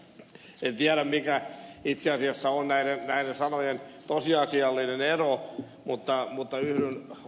en tiedä mikä itse asiassa on näiden sanojen tosiasiallinen ero mutta yhdyn ed